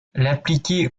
l’appliquer